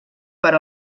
per